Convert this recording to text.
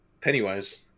Pennywise